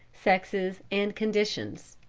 sexes, and conditions.